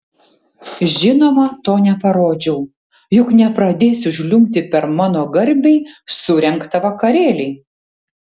žinoma to neparodžiau juk nepradėsiu žliumbti per mano garbei surengtą vakarėlį